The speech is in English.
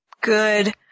good